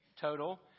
total